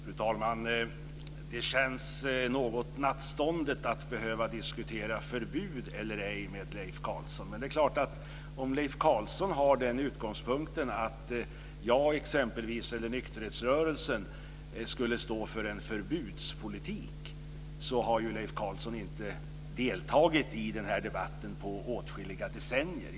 Fru talman! Det känns något nattståndet att behöva diskutera förbud eller ej med Leif Carlson. Men om Leif Carlson har den utgångspunkten att exempelvis jag eller nykterhetsrörelsen skulle stå för en förbudspolitik visar det att Leif Carlson inte har deltagit i den här debatten på åtskilliga decennier.